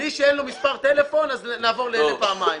לו מספר טלפון, נעבור לפעמיים.